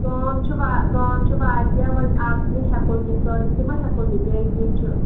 کٲم چھِ وا کٲم چھِ واریاہ وۄنۍ اَکھ زٕ ہٮ۪کو دِتھ سٲری تہِ مہ ہٮ۪کو دِتھ بیٚیہِ بیٚیہِ چھِ